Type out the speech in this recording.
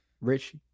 Rich